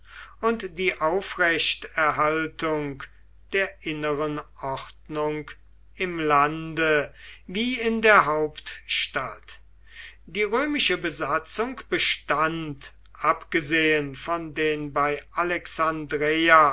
und die aufrechterhaltung der inneren ordnung im lande wie in der hauptstadt die römische besatzung bestand abgesehen von den bei alexandreia